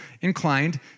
inclined